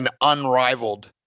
unrivaled